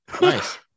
Nice